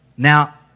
Now